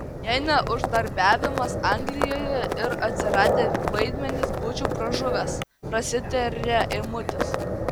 jei ne uždarbiavimas anglijoje ir atsiradę vaidmenys būčiau pražuvęs prasitaria eimutis